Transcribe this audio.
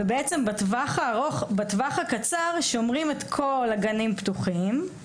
ובעצם בטווח הקצר שומרים את כל הגנים פתוחים,